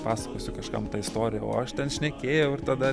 pasakosiu kažkam tą istoriją o aš ten šnekėjau ir tada